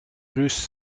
russes